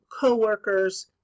co-workers